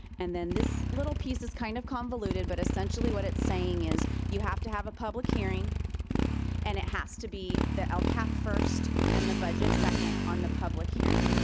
and then this little piece is kind of convoluted but essentially what it's saying is you have to have a public hearing and it has to be the lcap first, and the budget second on the public hearing.